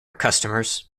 customers